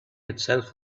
itself